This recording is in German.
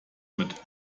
mit